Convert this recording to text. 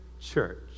church